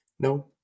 No